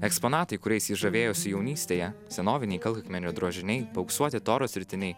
eksponatai kuriais jis žavėjosi jaunystėje senoviniai kalkakmenio drožiniai paauksuoti toros ritiniai